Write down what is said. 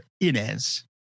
Inez